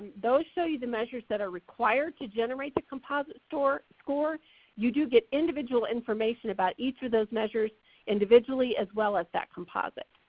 those show you the measures that are required to generate the composite score. you do get individual information about each of those measures individually as well as that composite,